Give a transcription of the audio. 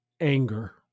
anger